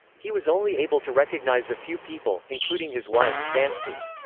he was only able to recognize a few people, including his wife, nancy.